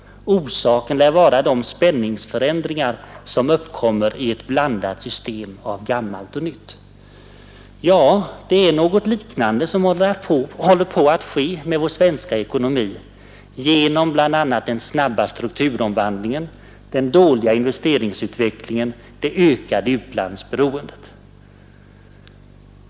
Orsaken lär vara de spänningsförändringar som uppkommer i ett blandat system av gammalt och nytt. Det är något liknande som håller på att ske med vår svenska ekonomi genom bl.a. den snabba strukturomvandlingen, den dåliga investeringsutvecklingen, det ökade utlandsberoendet.